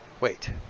wait